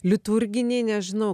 liturginį nežinau